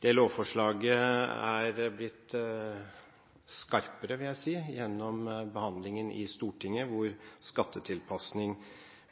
Det lovforslaget er blitt skarpere, vil jeg si, gjennom behandlingen i Stortinget, hvor skattetilpasning